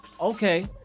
Okay